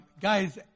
Guys